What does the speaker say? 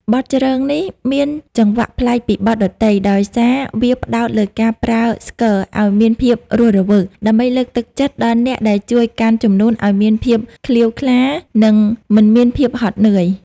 បទជ្រងនេះមានចង្វាក់ប្លែកពីបទដទៃ ដោយសារវាផ្ដោតលើការប្រើស្គរឱ្យមានភាពរស់រវើក ដើម្បីលើកទឹកចិត្តដល់អ្នកដែលជួយកាន់ជំនូនឱ្យមានភាពក្លៀវក្លា និងមិនមានភាពហត់នឿយ។